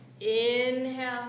inhale